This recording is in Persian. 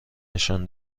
نشان